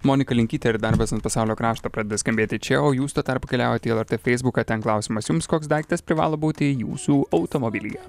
monika linkytė ir darbas ant pasaulio krašto pradeda skambėti čia o jūs tuo tarpu keliaujat į lrt feisbuką ten klausimas jums koks daiktas privalo būti jūsų automobilyje